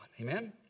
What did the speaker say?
Amen